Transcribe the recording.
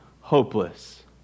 hopeless